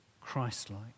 Christ-like